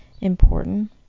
important